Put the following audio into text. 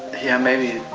yeah maybe.